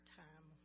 time